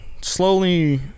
slowly